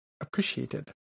appreciated